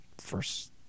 first